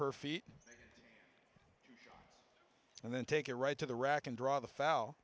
her feet and then take it right to the rack and draw the fou